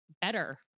better